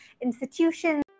institutions